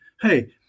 hey